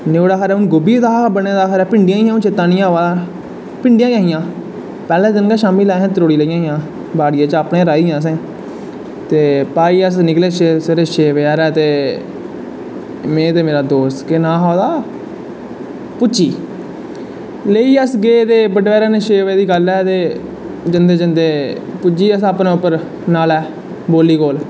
नुआढ़ा खबरै गोभिये दा हा बने दा जां भिंडियां हियां हून चेत्ता नी अवा दा भिंडियां गै हियां शाम्मी लै असैं त्रोड़ी लेइयां हां बाड़ियै च इपनै गै राही दियां असैं ते पाई ते अस निकले सवेरे छे बजे हारै ते में ते मेरी दोस्त केह् नांऽ हा ओह्दा कुट्टी लोऽ होई अस गे बड्डै पैह्र छे बजे दी गल्ल ऐ ते जंदैं जंदैं पुज्जी गे अस अपनैं नालै बौली पर